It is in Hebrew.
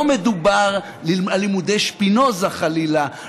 לא מדובר על לימודי שפינוזה, חלילה.